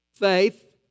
faith